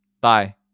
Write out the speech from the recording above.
Bye